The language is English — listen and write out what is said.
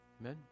Amen